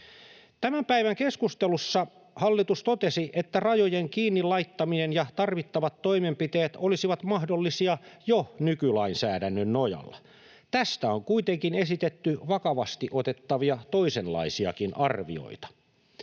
Tämän päivän keskustelussa hallitus totesi, että rajojen kiinni laittaminen ja tarvittavat toimenpiteet olisivat mahdollisia jo nykylainsäädännön nojalla. Tästä on kuitenkin esitetty vakavasti otettavia toisenlaisiakin arvioita.